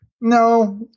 No